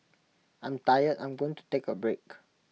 I'm tired I'm going to take A break